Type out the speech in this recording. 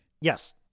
Yes